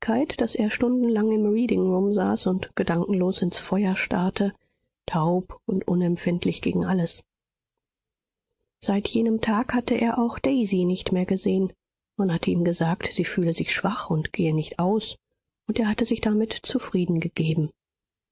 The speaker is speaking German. daß er stundenlang im reading room saß und gedankenlos ins feuer starrte taub und unempfindlich gegen alles seit jenem tag hatte er auch daisy nicht mehr gesehen man hatte ihm gesagt sie fühle sich schwach und gehe nicht aus und er hatte sich damit zufrieden gegeben